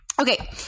Okay